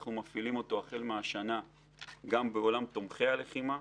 אנחנו מפעילים אותו החל מהשנה גם בעולם תומכי הלחימה.